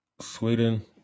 Sweden